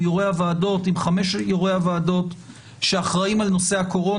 חמש יו"רי הוועדות שאחראים על נושא הקורונה,